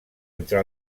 entre